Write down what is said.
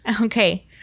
Okay